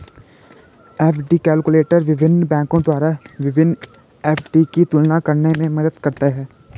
FD calculator विभिन्न बैंकों द्वारा विभिन्न एफ.डी की तुलना करने में मदद करता है